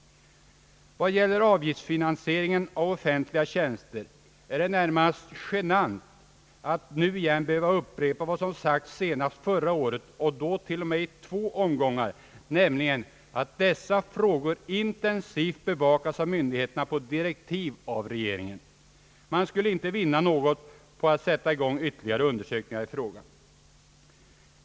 Vad gäller avgiftsfinansieringen av offentliga tjänster är det närmast genant att nu igen behöva upprepa vad som sagts senast förra året och då t.o.m. i två omgångar, nämligen att dessa frågor intensivt bevakas av myndigheterna på direktiv av regeringen. Man skulle inte vinna något på att sätta i gång ytterligare undersökningar i frågan.